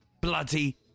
bloody